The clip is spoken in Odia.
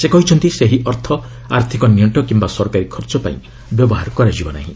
ସେ କହିଛନ୍ତି ସେହି ଅର୍ଥ ଆର୍ଥକ ନିଅଣ୍ଟ କିମ୍ବା ସରକାରୀ ଖର୍ଚ୍ଚ ପାଇଁ ବ୍ୟବହାର କରାଯିବ ନାହିଁ